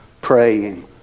praying